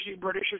British